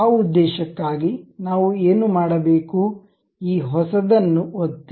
ಆ ಉದ್ದೇಶಕ್ಕಾಗಿ ನಾವು ಏನು ಮಾಡಬೇಕು ಈ ಹೊಸದನ್ನು ಒತ್ತಿ